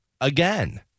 again